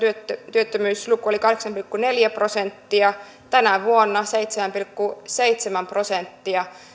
työttömyysluku oli kahdeksan pilkku neljä prosenttia tänä vuonna seitsemän pilkku seitsemän prosenttia